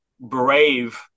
brave